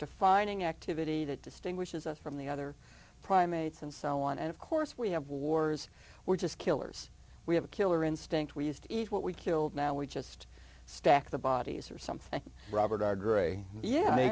defining activity that distinguishes us from the other primates and so on and of course we have wars we're just killers we have a killer instinct we used to eat what we killed now we just stack the bodies or something robert our gray yeah